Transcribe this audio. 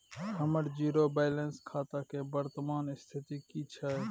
हमर zero balance खाता के वर्तमान स्थिति की छै?